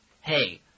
Hey